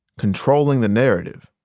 controlling the narrative.